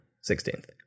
sixteenth